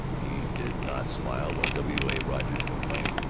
he did not smile when w. a. rogers complained,